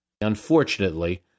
Unfortunately